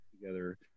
together